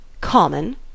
Common